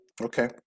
Okay